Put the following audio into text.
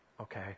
Okay